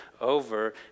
over